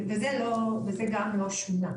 וזה גם לא שונה.